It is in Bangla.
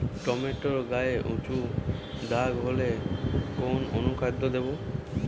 টমেটো গায়ে উচু দাগ হলে কোন অনুখাদ্য দেবো?